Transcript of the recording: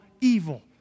evil